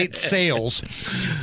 sales